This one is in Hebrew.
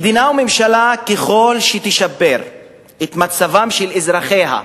וממשלה, ככל שתשפר את מצבם של אזרחיה,